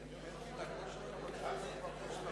אני קובע שהסתייגות (1) של קבוצות מרצ,